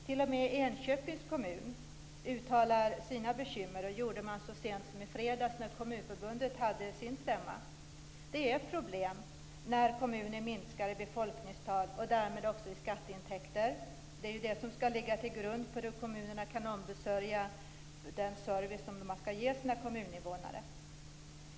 T.o.m. Enköpings kommun uttalar sina bekymmer. Det gjorde man så sent som i fredags när Kommunförbundet hade sin stämma. Det är problem när kommuner minskar i befolkningstal och därmed också i skatteintäkter. Det är ju det som skall ligga till grund för hur kommunerna kan ombesörja den service som man skall ge sina kommuninvånare.